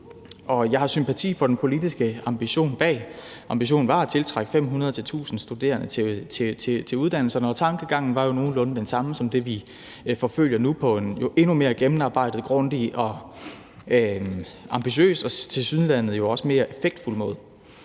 og jeg har sympati for den politiske ambition bag det. Ambitionen var at tiltrække 500-1.000 studerende til uddannelserne, og tankegangen var jo nogenlunde den samme som det, vi nu forfølger på en endnu mere gennemarbejdet, grundig og ambitiøs og tilsyneladende jo også mere effektfuld måde.